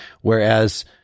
whereas